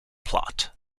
plot